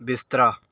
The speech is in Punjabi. ਬਿਸਤਰਾ